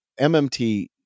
MMT